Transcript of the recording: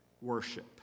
worship